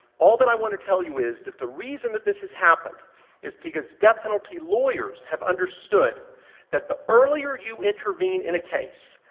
all that i want to tell you is that the reason that this has happened is because death penalty lawyers have understood that the earlier you intervene in a case,